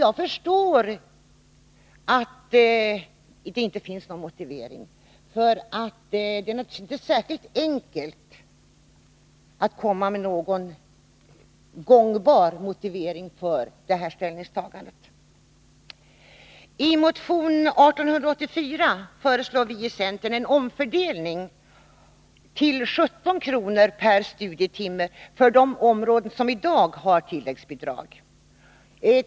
Jag förstår också att det inte har varit enkelt att åstadkomma en gångbar motivering till detta ställningstagande. I motion 1884 föreslår vi i centern en omfördelning till 17 kr. per studietimme för de områden som i dag har tilläggsbidrag.